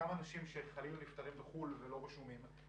אותם אנשים שחלילה נפטרים בחו"ל ולא רשומים,